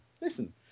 listen